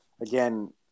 again –